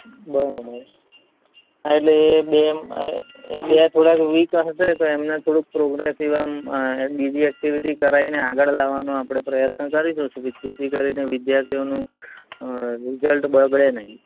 બરાબર હા એટલે એ બેમાં એ બે થોડાક વીક હશે તો એમને થોડુંક પ્રોગ્રેસિવ આમ બીજી એકટીવીટી કરાવીને આગળ લાવવાનો આપણે પ્રયત્ન કરીશું જેથી કરીને વિધાર્થીઓનું રિઝલ્ટ બગડે નહીં